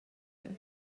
her